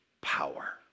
power